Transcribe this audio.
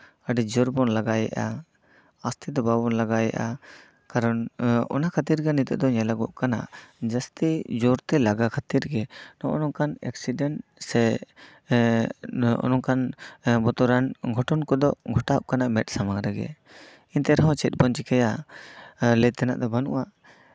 ᱟᱹᱰᱤ ᱡᱳᱨ ᱵᱚᱱ ᱞᱟᱜᱟᱭᱮᱜᱼᱟ ᱟᱥᱛᱮ ᱫᱚ ᱵᱟᱵᱚᱱ ᱞᱟᱜᱟᱭᱮᱜᱼᱟ ᱠᱟᱨᱚᱱ ᱚᱱᱟ ᱠᱷᱟᱹᱛᱤᱨ ᱜᱮ ᱱᱤᱛᱚᱜ ᱫᱚ ᱧᱮᱞᱚᱜᱚᱜ ᱠᱟᱱᱟ ᱡᱟᱹᱥᱛᱤ ᱡᱳᱨᱛᱮ ᱞᱟᱜᱟ ᱠᱷᱟᱹᱛᱤᱨ ᱜᱮ ᱱᱚᱜᱼᱚ ᱱᱚᱝᱠᱟᱱ ᱮᱠᱥᱤᱰᱮᱱᱴ ᱥᱮ ᱱᱚᱜᱼᱚ ᱱᱚᱝᱠᱟᱱ ᱵᱚᱛᱚᱨᱟᱱ ᱜᱷᱚᱴᱚᱱ ᱠᱚᱫᱚ ᱜᱷᱚᱴᱟᱜ ᱠᱟᱱᱟ ᱢᱮᱫ ᱥᱟᱢᱟᱝ ᱨᱮᱜᱮ ᱮᱱᱛᱮ ᱨᱮᱦᱚᱸ ᱪᱮᱫ ᱵᱚᱱ ᱪᱤᱠᱟᱹᱭᱟ ᱟᱨ ᱞᱟᱹᱭ ᱛᱮᱱᱟᱜ ᱫᱚ ᱵᱟᱹᱱᱩᱜᱼᱟ